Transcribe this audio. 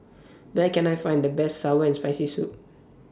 Where Can I Find The Best Sour and Spicy Soup